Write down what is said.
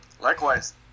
Likewise